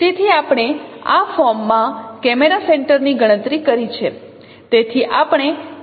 તેથી આપણે આ ફોર્મમાં કેમેરા સેન્ટરની ગણતરી કરી છે